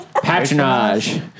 Patronage